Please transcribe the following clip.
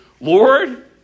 Lord